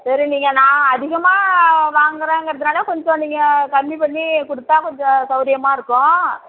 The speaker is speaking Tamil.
சரி நீங்கள் நான் அதிகமாக வாங்குகிறேங்கறதுனால கொஞ்சம் நீங்கள் கம்மி பண்ணி கொடுத்தா கொஞ்சம் சௌகரியமா இருக்கும்